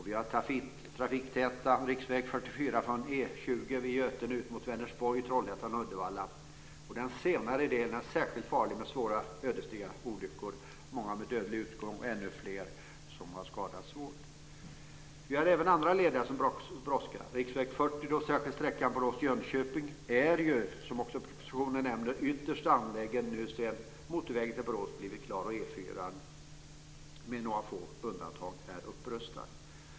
Vi har den trafiktäta riksväg 44 från E 20 vid Götene ut mot Vänersborg, Trollhättan och Uddevalla. Den senare delen är särskilt farlig, och där har varit svåra ödesdigra olyckor - många med dödlig utgång och ännu fler som har skadats svårt. Vi har även andra leder som brådskar. Riksväg 40, särskilt sträckan Borås-Jönköping, är ju som oppositionen nämnde ytterst angelägen sedan motorvägen till Borås blivit klar och E 4, med några få undantag, är upprustad.